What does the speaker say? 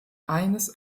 eines